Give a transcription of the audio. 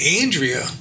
Andrea